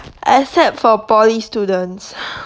except for poly students